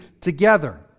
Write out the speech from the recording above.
together